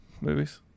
movies